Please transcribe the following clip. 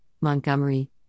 Montgomery